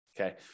Okay